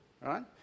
right